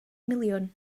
miliwn